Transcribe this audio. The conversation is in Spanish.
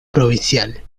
provincial